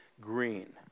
green